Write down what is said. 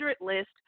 list